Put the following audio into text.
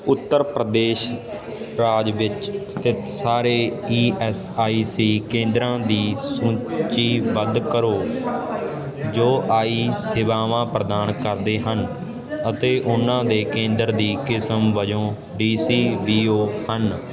ਉੱਤਰ ਪ੍ਰਦੇਸ਼ ਰਾਜ ਵਿੱਚ ਸਥਿਤ ਸਾਰੇ ਈ ਐੱਸ ਆਈ ਸੀ ਕੇਂਦਰਾਂ ਦੀ ਸੂਚੀਬੱਧ ਕਰੋ ਜੋ ਆਈ ਸੇਵਾਵਾਂ ਪ੍ਰਦਾਨ ਕਰਦੇ ਹਨ ਅਤੇ ਉਹਨਾਂ ਦੇ ਕੇਂਦਰ ਦੀ ਕਿਸਮ ਵਜੋਂ ਡੀ ਸੀ ਬੀ ਓ ਹਨ